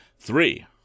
three